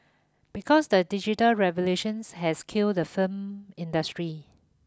because the digital revelations has killed the firm industry